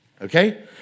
Okay